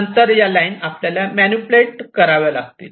नंतर या लाईन आपल्याला मेनूप्लेट कराव्या लागतील